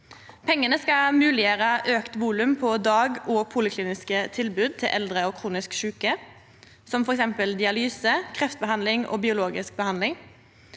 Pengane skal mogleggjera auka volum på dag- og polikliniske tilbod til eldre og kronisk sjuke, som f.eks. dialyse, kreftbehandling og biologisk behandling.